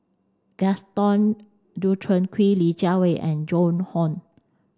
Gaston Dutronquoy Li Jiawei and Joan Hon